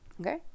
okay